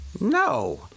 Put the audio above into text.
No